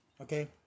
Okay